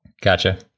Gotcha